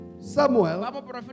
Samuel